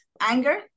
Anger